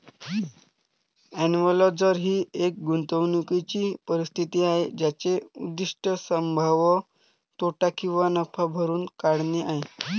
enclosure ही एक गुंतवणूकीची परिस्थिती आहे ज्याचे उद्दीष्ट संभाव्य तोटा किंवा नफा भरून काढणे आहे